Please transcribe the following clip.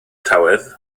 tywydd